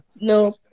No